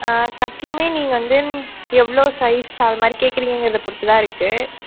ஆ கட்டுலுமே நீங்கள் வந்து எவ்வளோ சைஸ் அதமாதிரி கேட்குறீங்க அதை பொறுத்து தான் இருக்கு